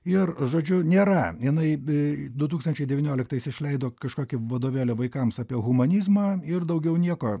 ir žodžiu nėra jinai du tūkstančiai devynioliktais išleido kažkokį vadovėlį vaikams apie humanizmą ir daugiau nieko